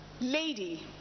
lady